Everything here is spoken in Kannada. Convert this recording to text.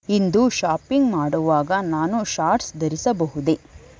ಇಂದು ಶಾಪಿಂಗ್ ಮಾಡುವಾಗ ನಾನು ಶಾರ್ಟ್ಸ್ ಧರಿಸಬಹುದೇ